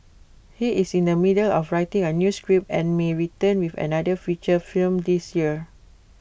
he is in the middle of writing A new script and may return with another feature film this year